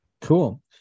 Cool